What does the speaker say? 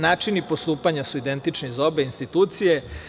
Načini postupanja su identični za obe institucije.